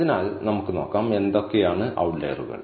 അതിനാൽ നമുക്ക് നോക്കാം എന്തൊക്കെയാണ് ഔട്ട്ലറുകൾ